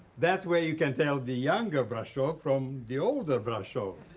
that way you can tell the younger brashov from the older brashov.